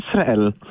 Israel